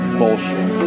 bullshit